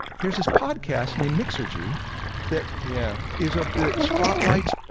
there's this podcast and a mixergy that yeah is a spotlight.